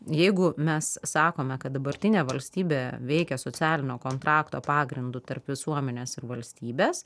jeigu mes sakome kad dabartinė valstybė veikia socialinio kontrakto pagrindu tarp visuomenės ir valstybės